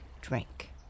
drink